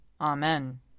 Amen